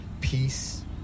peace